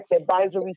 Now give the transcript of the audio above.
advisory